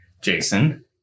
Jason